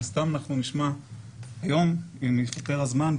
הסתם אנחנו נשמע היום אם יספיק הזמן,